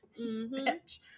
Bitch